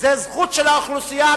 זאת זכות של האוכלוסייה המקומית,